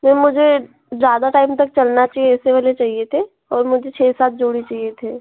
ma'am मुझे ज़्यादा time तक चलना चाहिए ऐसे वाले चाहिए थे और मुझे छः सात जोड़ी चाहिए थे